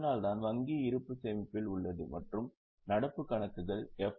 அதனால்தான் வங்கி இருப்பு சேமிப்பில் உள்ளதை ஏற்றுக்கொள்ளப்படுகிறது ஆனால் நடப்பு கணக்குகள் எஃப்